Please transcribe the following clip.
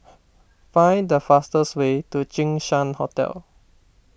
find the fastest way to Jinshan Hotel